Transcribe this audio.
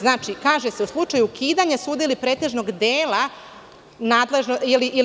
Znači, kaže se – slučaju ukidanja suda ili pretežnog dela nadležnosti.